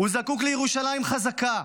הוא זקוק לירושלים חזקה,